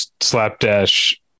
slapdash